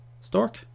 stork